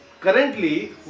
currently